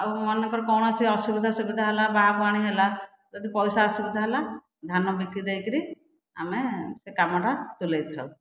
ଆଉ ମନେକର କୌଣସି ଅସୁବିଧା ସୁବିଧା ହେଲା ବାଆପାଣି ହେଲା ଯଦି ପଇସା ଅସୁବିଧା ହେଲା ଧାନ ବିକି ଦେଇକରି ଆମେ କାମଟା ତୁଲାଇଥାଉ